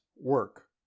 work